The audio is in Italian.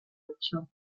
calcio